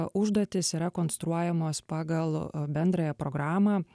užduotys yra konstruojamos pagal bendrąją programą